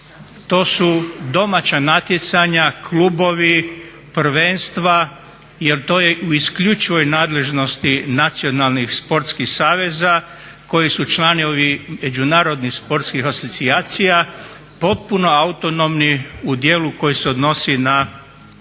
to su domaća natjecanja, klubovi, prvenstva jer to je u isključivoj nadležnosti nacionalnih sportskih saveza koji su članovi Međunarodnih sportskih asocijacija potpuno autonomni u djelu koje se odnosi na